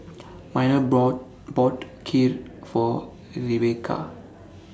Miner bought bought Kheer For Rebekah